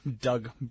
Doug